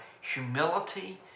humility